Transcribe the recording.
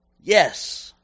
yes